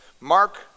Mark